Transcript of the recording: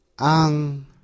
Ang